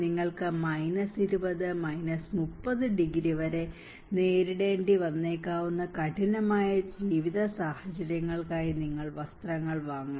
നിങ്ങൾക്ക് 20 30 ഡിഗ്രി വരെ നേരിടേണ്ടി വന്നേക്കാവുന്ന കഠിനമായ ജീവിത സാഹചര്യങ്ങൾക്കായി നിങ്ങൾ വസ്ത്രങ്ങൾ വാങ്ങണം